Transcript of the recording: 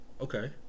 Okay